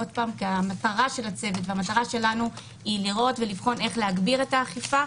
כי המטרה של הצוות והמטרה שלנו לראות ולבחון איך להגביר את האכיפה,